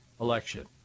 election